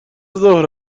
زهره